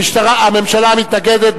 הממשלה מתנגדת,